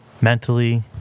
mentally